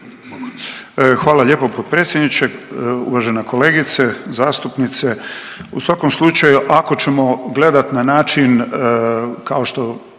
hvala lijepo potpredsjedniče, uvažena kolegice zastupnice, u svakom slučaju ako ćemo gledati na način kao što